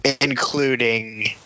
including